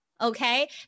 Okay